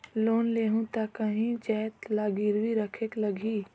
Loan लेहूं ता काहीं जाएत ला गिरवी रखेक लगही?